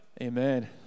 Amen